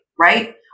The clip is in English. right